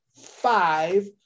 five